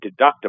deductible